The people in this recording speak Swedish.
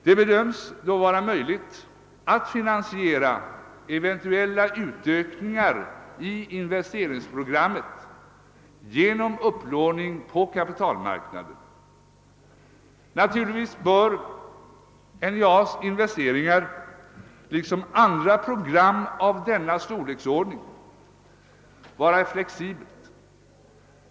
Det bedöms då vara möjligt att finansiera eventuella utökningar av investeringsprogrammet genom upplåning på kapitalmarknaden. Naturligtvis bör NJA :s investeringar, liksom andra program av denna storleksordning, vara flexibla.